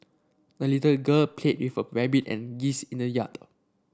the little a girl played with her rabbit and geese in the yard